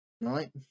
right